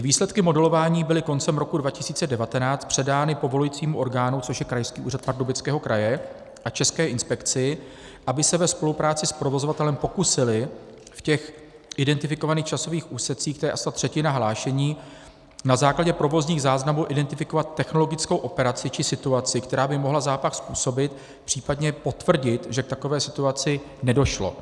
Výsledky modelování byly koncem roku 2019 předány povolujícímu orgánu, což je Krajský úřad Pardubického kraje, a České inspekci, aby se ve spolupráci s provozovatelem pokusili v těch identifikovaných časových úsecích, to je asi ta třetina hlášení, na základě provozních záznamů identifikovat technologickou operaci či situaci, která by mohla zápach způsobit, případně potvrdit, že k takové situaci nedošlo.